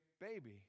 baby